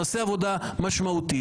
נעשה עבודה משמעותית.